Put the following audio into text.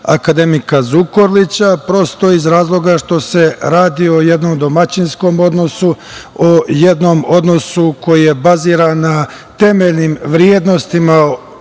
akademika Zukorlića, prosto iz razloga što se radi o jednom domaćinskom odnosu, o jednom odnosu koji je baziran na temeljnim vrednostima